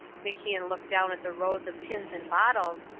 macian looked down at the rows of tins and bottles,